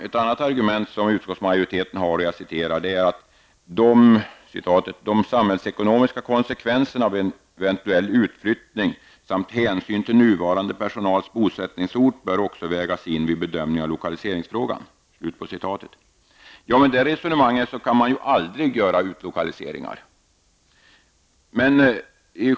Ett annat argument som utskottsmajoriteten anför är följande: ''De samhällsekonomiska konsekvenserna av en eventuell utflyttning samt hänsyn till den nuvarande personalens bosättningsort bör också vägas in vid bedömningen av lokaliseringsfrågan.'' Med detta resonemang kan man ju aldrig göra utlokaliseringar!